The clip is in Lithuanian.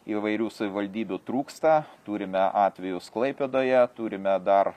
įvairių savivaldybių trūksta turime atvejus klaipėdoje turime dar